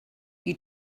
you